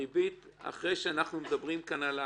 הריבית אחר כך היא 7.5%,